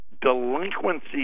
delinquency